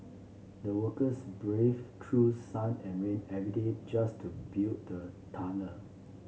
the workers braved through sun and rain every day just to build the tunnel